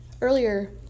Earlier